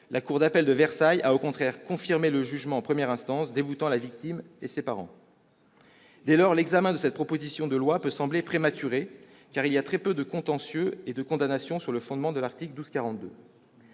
la cour d'appel de Versailles a, au contraire, confirmé le jugement en première instance déboutant la victime et ses parents. Dès lors, l'examen de cette proposition de loi peut sembler prématuré, car il y a très peu de contentieux et de condamnations sur le fondement de l'article 1242.